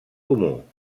comú